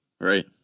Right